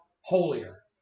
holier